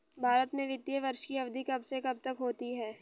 भारत में वित्तीय वर्ष की अवधि कब से कब तक होती है?